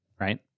right